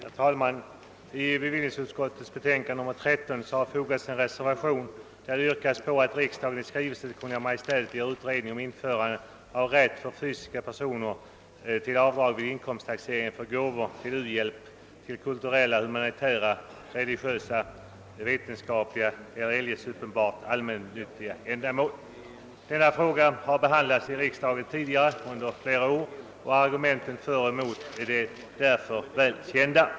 Herr talman! Till bevillningsutskot tets betänkande nr 13 har fogats en reservation, vari det yrkas att riksdagen i skrivelse till Kungl. Maj:t begär utredning om införande av rätt för fysiska personer till avdrag vid inkomsttaxeringen för gåvor till u-hjälp och till kulturella, humanitära, religiösa, vetenskapliga eller eljest uppenbart allmännyttiga ändamål. Denna fråga har tidigare behandlats av riksdagen vid flera tillfällen, och argumenten för och emot är därför väl kända.